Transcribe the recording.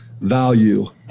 value